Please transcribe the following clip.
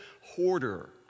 hoarder